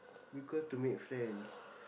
because to make friends